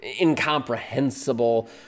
incomprehensible